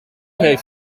heeft